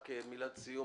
רק מילת סיום.